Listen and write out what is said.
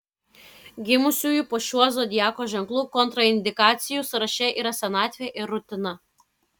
gimusiųjų po šiuo zodiako ženklu kontraindikacijų sąraše yra senatvė ir rutina